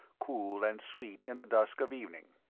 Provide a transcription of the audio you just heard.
cool and sweet in the dusk of evening.